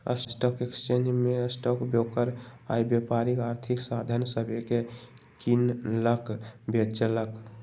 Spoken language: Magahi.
स्टॉक एक्सचेंज में स्टॉक ब्रोकर आऽ व्यापारी आर्थिक साधन सभके किनलक बेचलक